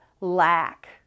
lack